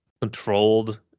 controlled